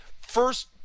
first